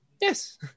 Yes